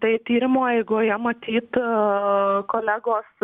tai tyrimo eigoje matyt kolegos